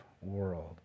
world